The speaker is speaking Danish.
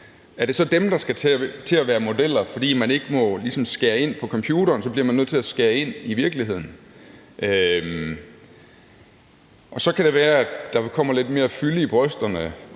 Er det så dem, der skal til at være modeller, fordi man ligesom ikke må skære ind på computeren, og man så bliver nødt til at skære ind i virkeligheden? Så kan det være, at der kommer lidt mere fylde i brysterne